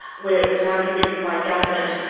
where it was underwritten by government,